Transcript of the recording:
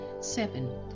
seven